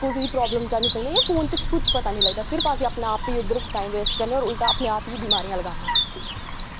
कुसे दी प्रॉवलम जानी सकने जां फोन च कुछ पता नी लगदा सिर्फ अपना टाईम बेस्ट करने और उल्टा अपनी आप गी बमारियां लान्ने